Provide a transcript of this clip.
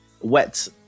wet